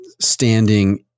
standing